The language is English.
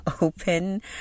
open